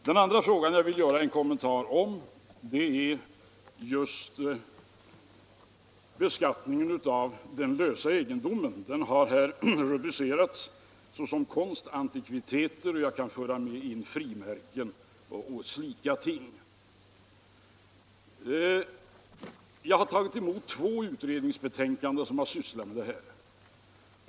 Den andra frågan som jag vill göra en kommentar till gäller beskattningen av den lösa egendomen. Denna egendom har här rubricerats som konst och antikviteter, och jag kan lägga till frimärken och slika ting. Jag har tagit emot två utredningsbetänkanden som har sysslat med detta.